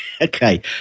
okay